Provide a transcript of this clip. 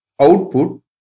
output